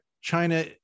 China